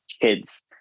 kids